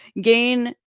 gain